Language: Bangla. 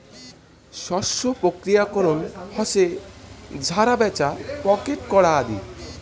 শস্য প্রক্রিয়াকরণ হসে ঝাড়া, ব্যাছা, প্যাকেট করা আদি